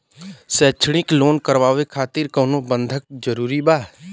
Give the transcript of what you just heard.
शैक्षणिक लोन करावे खातिर कउनो बंधक जरूरी बा?